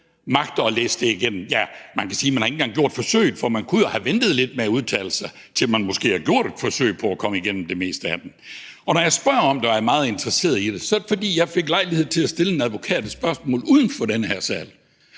magter at læse dem igennem. Ja, man har ikke engang gjort forsøget, for man kunne jo have ventet lidt med at udtale sig, til man måske havde gjort et forsøg på at komme igennem det meste af dem. Når jeg spørger om det og er meget interesseret i det, er det, fordi jeg fik lejlighed til at stille en advokat et spørgsmål uden for den her sal,